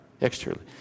externally